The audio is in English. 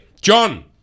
John